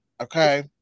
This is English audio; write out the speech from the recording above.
okay